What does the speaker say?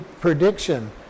prediction